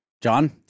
John